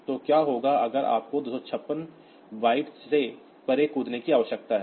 तो क्या होगा अगर आपको 256 बाइट्स से परे जंपने की आवश्यकता है